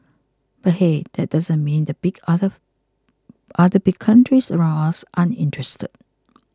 but hey that doesn't mean the big other other big countries around us aren't interested